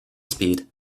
speed